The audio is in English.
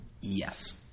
Yes